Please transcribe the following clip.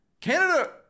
Canada